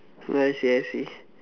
oh I see I see